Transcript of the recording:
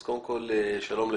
אז קודם כול שלום לכולם.